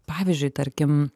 pavyzdžiui tarkim